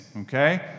okay